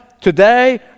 today